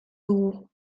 dugu